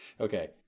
Okay